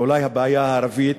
ואולי הבעיה הערבית,